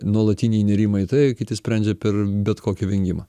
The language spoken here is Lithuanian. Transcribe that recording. nuolatinį įnirimą į tai kiti sprendžia per bet kokį vengimą